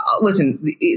listen